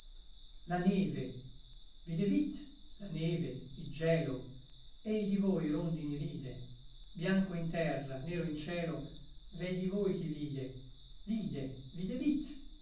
la neve videvitt la neve il gelo ei di voi rondini ride bianco in terra nero in cielo vè di voi chi vide vide videvitt